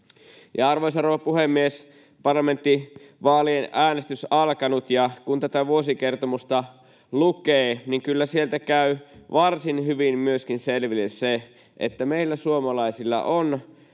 rouva puhemies! Parlamenttivaalien äänestys on alkanut, ja kun tätä vuosikertomusta lukee, niin kyllä sieltä käy varsin hyvin selville myöskin se, että meillä suomalaisilla on